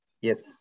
yes